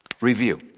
Review